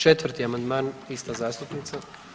4. amandman ista zastupnica.